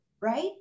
right